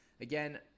again